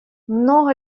много